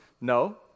No